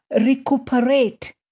recuperate